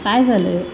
काय झालं आहे